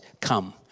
Come